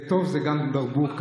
ותוף זה גם דרבוקה.